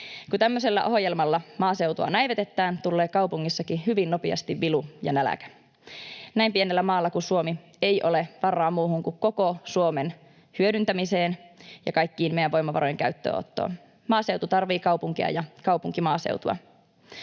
Kun tämmöisellä ohjelmalla maaseutua näivetetään, tulee kaupungeissakin hyvin nopeasti vilu ja nälkä. Näin pienellä maalla kuin Suomi ei ole varaa muuhun kuin koko Suomen hyödyntämiseen ja kaikkien meidän voimavarojen käyttöönottoon. Maaseutu tarvit-see kaupunkia ja kaupunki maaseutua.